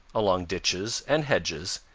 along ditches and hedges,